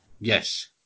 Yes